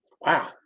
Wow